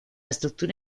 estructura